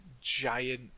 giant